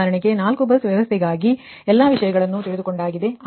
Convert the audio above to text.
ಉದಾಹರಣೆಗೆ ನಾಲ್ಕು ಬಸ್ ವ್ಯವಸ್ಥೆಗಾಗಿ ನಾವು ಈಗಾಗಲೇ ಈ ಎಲ್ಲ ವಿಷಯಗಳನ್ನು ಚರ್ಚಿಸಿದ್ದೇವೆ